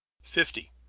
fifty.